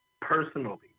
Personally